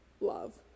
love